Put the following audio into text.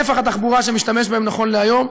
נפח התחבורה שמשתמש בהם נכון להיום.